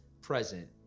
present